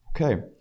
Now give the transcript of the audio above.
okay